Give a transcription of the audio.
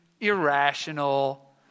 irrational